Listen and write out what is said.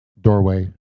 doorway